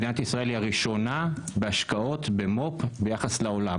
מדינת ישראל היא הראשונה בהשקעות במו"פ ביחס לעולם,